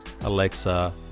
Alexa